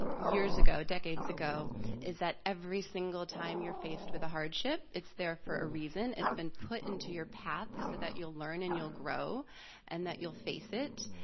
years ago, decades ago is that every single time you're faced with a hardship, it's there for a reason. it's been put into your path so that you'll learn and you'll grow and that you'll face it.